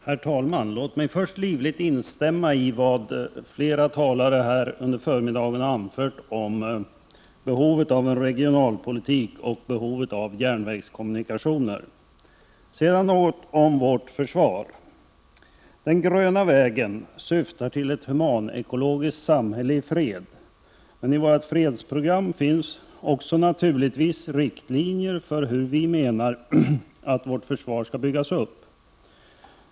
Herr talman! Låt mig först livligt instämma i vad flera talare under förmiddagen har anfört om behovet av en regionalpolitik och behovet av järnvägskommunikationer. Sedan vill jag säga något om vårt försvar. Den gröna vägen syftar till ett humanekologiskt samhälle i fred, men i vårt fredsprogram finns naturligtvis också riktlinjer för hur vi menar att vårt försvar skall byggas upp.